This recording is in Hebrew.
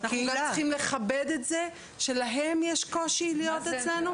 אנחנו צריכים לכבד את זה שלהם יש קושי להיות אצלנו.